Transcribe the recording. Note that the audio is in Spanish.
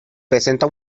presenta